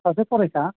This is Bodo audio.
सासे फरायसा